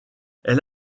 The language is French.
elle